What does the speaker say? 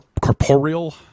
Corporeal